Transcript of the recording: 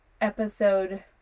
episode